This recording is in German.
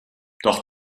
doch